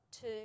two